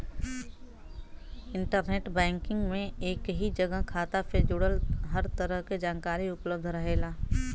internet banking में एक ही जगह खाता से जुड़ल हर तरह क जानकारी उपलब्ध रहेला